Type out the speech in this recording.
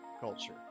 culture